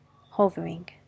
hovering